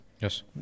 Yes